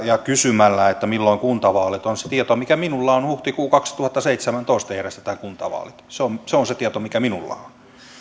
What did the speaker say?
kysymällä milloin kuntavaalit ovat se tieto mikä minulla on huhtikuussa kaksituhattaseitsemäntoista järjestetään kuntavaalit se on se on se tieto mikä minulla on on